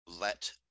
let